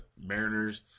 Mariners